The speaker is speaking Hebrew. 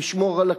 לשמור על הכלואים,